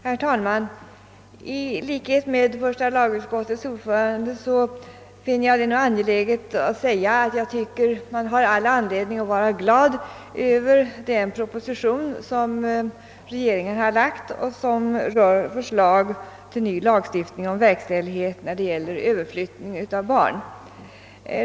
Herr talman! I likhet med första lagutskottets ordförande finner jag det angeläget att framhålla att man har all anledning att vara glad över den proposition regeringen lagt fram med förslag till ny lagstiftning om verkställigheten vid överflyttning av barn.